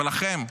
ולכם,